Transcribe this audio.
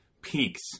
peaks